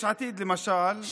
יש עתיד, למשל,